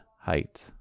height